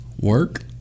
Work